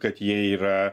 kad jie yra